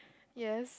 yes